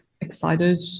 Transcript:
excited